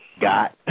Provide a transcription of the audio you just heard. got